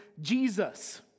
jesus